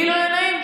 לי לא יהיה נעים?